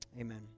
Amen